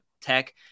tech